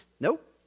Nope